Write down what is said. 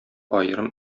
аерым